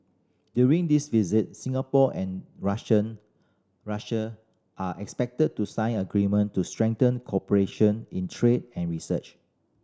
during this visit Singapore and Russian Russia are expected to sign agreement to strengthen cooperation in trade and research